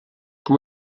com